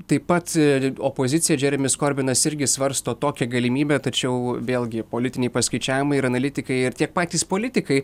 taip pat ir opozicija džeremis korbinas irgi svarsto tokią galimybę tačiau vėlgi politiniai paskaičiavimai ir analitikai ir tiek patys politikai